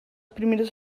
primeres